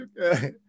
okay